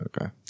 Okay